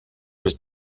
was